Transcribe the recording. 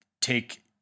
take